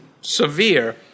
severe